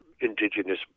indigenous